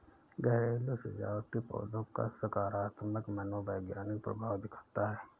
घरेलू सजावटी पौधों का सकारात्मक मनोवैज्ञानिक प्रभाव दिखता है